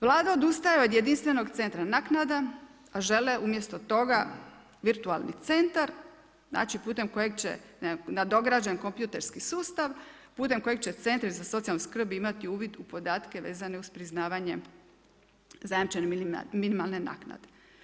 Vlada odustaje od jedinstvenog centra naknada, a žele umjesto toga, virtualni centar, znači putem kojeg će nadograđen kompjuterski sustav, putem kojeg će centri za socijalnu skrb, imati uvid u podatke vezane uz priznavanje zajamčene minimalne naknade.